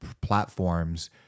platforms